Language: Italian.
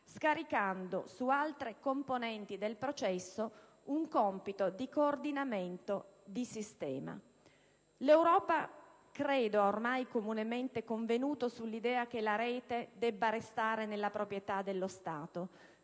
scaricando su altre componenti del processo un compito di coordinamento di sistema. L'Europa ha ormai comunemente convenuto sull'idea che la rete debba restare nella proprietà dello Stato,